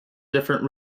different